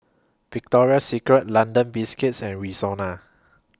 Victoria Secret London Biscuits and Rexona